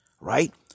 right